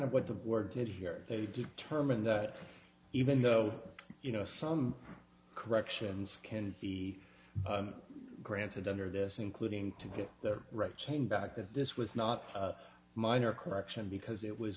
of what the board did here they determine that even though you know some corrections can be granted under this including to get their rights again back then this was not a minor correction because it was